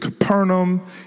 Capernaum